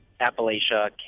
Appalachia